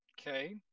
Okay